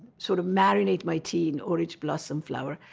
sort of marinate my tea in orange blossom flower,